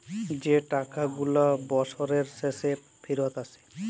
যে টাকা গুলা বসরের শেষে ফিরত আসে